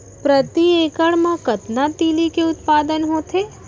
प्रति एकड़ मा कतना तिलि के उत्पादन होथे?